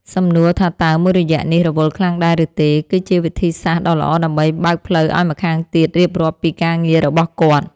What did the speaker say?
សំណួរថាតើមួយរយៈនេះរវល់ខ្លាំងដែរឬទេ គឺជាវិធីសាស្ត្រដ៏ល្អដើម្បីបើកផ្លូវឱ្យម្ខាងទៀតរៀបរាប់ពីការងាររបស់គាត់។